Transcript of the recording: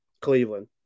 Cleveland